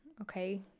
okay